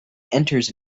enters